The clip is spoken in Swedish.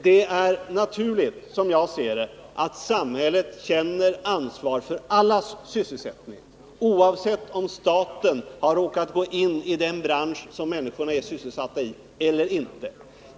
Det är, som jag ser det, naturligt att samhället känner ansvar för allas sysselsättning, oavsett om det råkar vara så att staten har gått in i den bransch där de människor det gäller är sysselsatta eller om så inte är fallet.